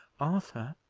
arthur,